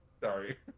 Sorry